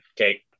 Okay